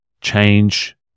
change